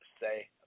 say